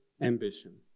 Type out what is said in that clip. ambition